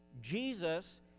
Jesus